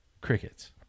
Crickets